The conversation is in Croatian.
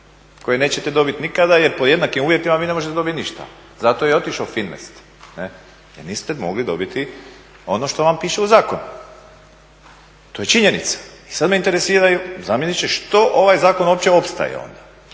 koje neće dobiti nikada jer po jednakim uvjetima vi ne možete dobiti ništa, zato je i otišao … jer niste mogli dobiti ono što vam piše u zakonu, to je činjenica. I sad me interesiraju, zamjeniče, što ovaj zakon uopće ostaje onda?